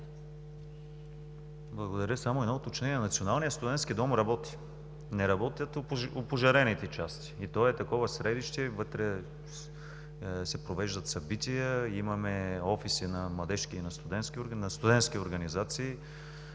Благодаря. Само едно уточнение: Националният студентски дом работи, не работят опожарените части и то е такова средище. Вътре се провеждат събития, имаме офиси на студентски организации,